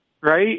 right